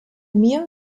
mir